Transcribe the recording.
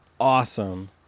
awesome